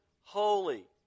holy